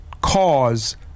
cause